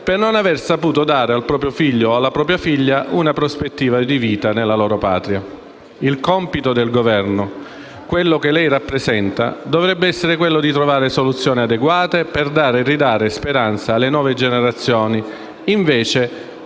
per non aver saputo dare al proprio figlio o alla propria figlia una prospettiva di vita nella loro Patria. Il compito del Governo, quello che lei rappresenta, dovrebbe essere quello di trovare soluzioni adeguate per dare e ridare speranza alle nuove generazioni, invece